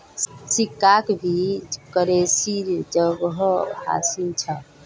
सिक्काक भी करेंसीर जोगोह हासिल छ